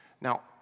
Now